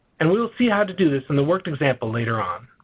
and we will see how to do this in the worked example later on.